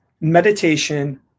meditation